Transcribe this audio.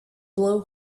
blow